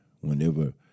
whenever